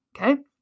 okay